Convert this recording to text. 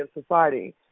society